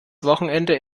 wochenende